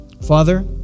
Father